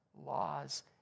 laws